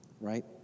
right